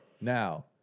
now